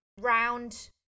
round